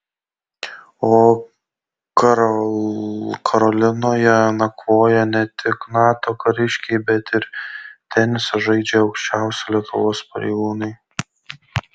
o karolinoje nakvoja ne tik nato kariškiai bet ir tenisą žaidžia aukščiausi lietuvos pareigūnai